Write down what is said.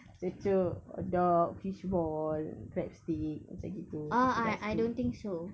cucuk hotdog fishball crabstick macam gitu sedap sikit